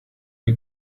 you